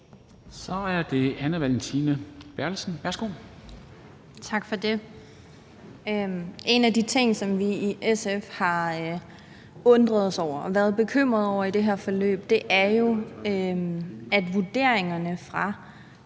Kl. 14:27 Anne Valentina Berthelsen (SF): Tak for det. En af de ting, som vi i SF har undret os over og været bekymrede over i det her forløb, er jo, at vurderingerne fra